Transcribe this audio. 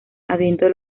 habiendo